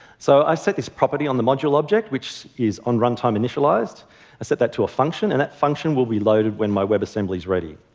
so i set this property on the module object, which is on runtime initialized. i set that to a function, and that function will be loaded when my webassembly is ready.